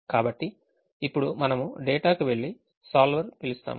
కాబట్టి ఇప్పుడు మనము డేటాకు వెళ్లి సోల్వర్ పిలుస్తాము